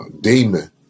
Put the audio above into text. demon